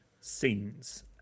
scenes